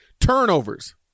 Turnovers